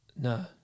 No